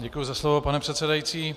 Děkuji za slovo, pane předsedající.